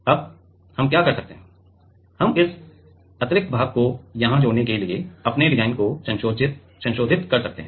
अब हम क्या कर सकते हैं हम इस अतिरिक्त भाग को यहाँ जोड़ने के लिए अपने डिज़ाइन को संशोधित कर सकते हैं